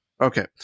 Okay